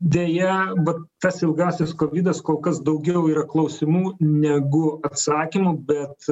deja vat tas ilgasis kovidas kol kas daugiau yra klausimų negu atsakymų bet